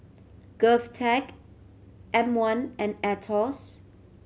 GovTech M One and Aetos